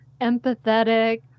empathetic